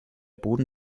boden